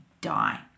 die